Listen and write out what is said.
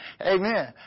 Amen